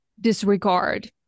disregard